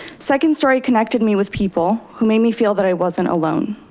second story connected me with people who made me feel that i wasn't alone.